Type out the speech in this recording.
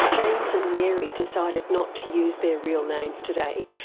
james and mary decided not to use their real names today,